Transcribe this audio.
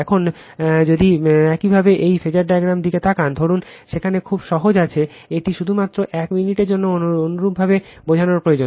এখন যদি একইভাবে এই ফেজার ডায়াগ্রামের দিকে তাকান ধরুন সেখানে খুব সহজ আছে এটি শুধুমাত্র এক মিনিটের জন্য অনুরূপভাবে বোঝার প্রয়োজন